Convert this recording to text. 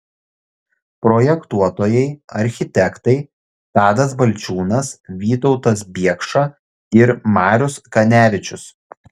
projektuotojai architektai tadas balčiūnas vytautas biekša ir marius kanevičius